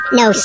No